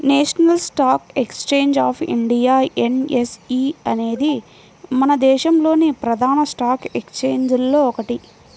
national stock exchange of India NSE అనేది మన దేశంలోని ప్రధాన స్టాక్ ఎక్స్చేంజిల్లో ఒకటి